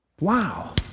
Wow